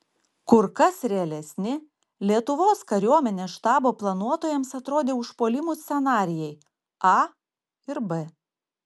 kur kas realesni lietuvos kariuomenės štabo planuotojams atrodė užpuolimų scenarijai a ir b